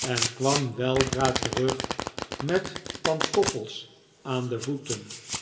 en kwam weldra terug met pantoffels aan de voeten